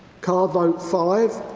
card vote five,